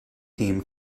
team